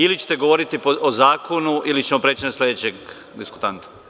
Ili ćete govoriti o zakonu, ili ćemo preći na sledećeg diskutanta.